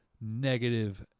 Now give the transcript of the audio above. negative